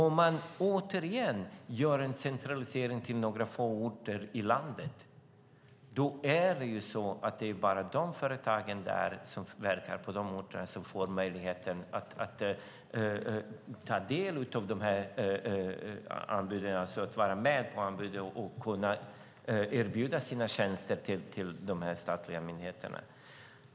Om man återigen gör en centralisering till några få orter i landet är det så att det bara är företagen som verkar på de orterna som får möjlighet att vara med på anbud och kunna erbjuda sina tjänster till de statliga myndigheterna.